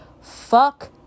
Fuck